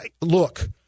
look